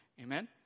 Amen